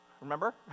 Remember